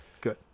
Good